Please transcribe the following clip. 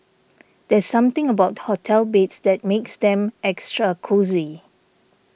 there's something about hotel beds that makes them extra cosy